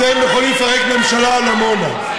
אתם יכולים לפרק ממשלה על עמונה,